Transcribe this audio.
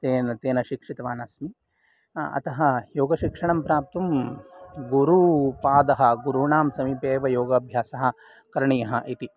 तेन तेन शिक्षितवान् अस्मि अतः योगशिक्षणं प्राप्तुं गुरुपादः गुरूणां समीपे एव योगाभ्यासः करणीयः इति